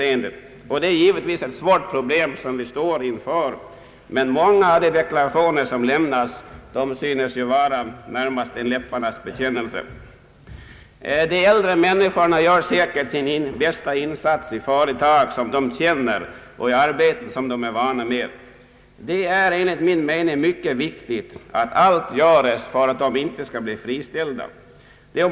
de studiesociala förmånerna vetvis svåra problem som vi står inför, men många av de deklarationer som lämnas synes vara närmast en läpparnas bekännelse. De äldre människorna gör säkert sina bästa insatser i företag som de känner och i arbeten som de är vana vid. Det är enligt min mening mycket viktigt att allt göres för att de inte skall bli friställda.